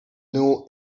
know